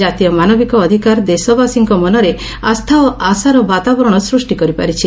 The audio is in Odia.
କାତୀୟ ମାନବିକ ଅଧିକାର ଦେଶବାସୀଙ୍କ ମନରେ ଆସ୍ଥା ଓ ଆଶାର ବାତାବରଣ ସୃଷ୍ଟି କରିପାରିଛି